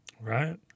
Right